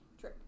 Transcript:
True